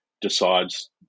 decides